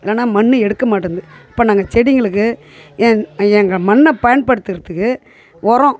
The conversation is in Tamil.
இல்லைனா மண் எடுக்க மாட்டேனுது இப்போ நாங்கள் செடிங்களுக்கு எங் எங்கள் மண்ணை பயன்படுத்துகிறதுக்கு உரம்